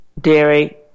dairy